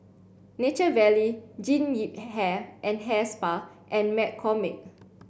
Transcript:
Nature Valley Jean Yip Hair and Hair Spa and McCormick